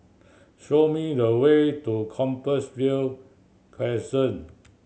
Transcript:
show me the way to Compassvale Crescent